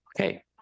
Okay